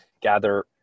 gather